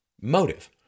motive